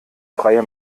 freie